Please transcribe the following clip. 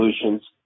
solutions